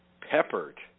peppered